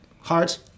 Hearts